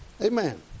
Amen